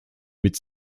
mit